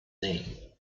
name